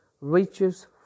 reaches